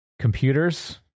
computers